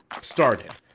started